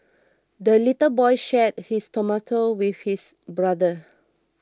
the little boy shared his tomato with his brother